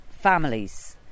families